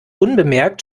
unbemerkt